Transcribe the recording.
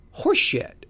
horseshit